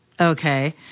Okay